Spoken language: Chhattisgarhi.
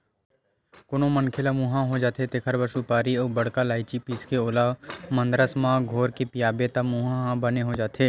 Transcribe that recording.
कोनो मनखे ल मुंहा हो जाथे तेखर बर सुपारी अउ बड़का लायची पीसके ओला मंदरस म घोरके पियाबे त मुंहा ह बने हो जाथे